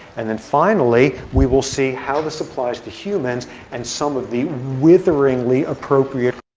and then finally, we will see how this applies to humans and some of the witheringly appropriate